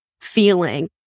feeling